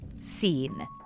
scene